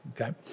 okay